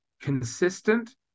consistent